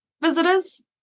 Visitors